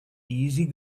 easy